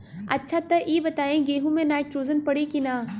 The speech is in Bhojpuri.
अच्छा त ई बताईं गेहूँ मे नाइट्रोजन पड़ी कि ना?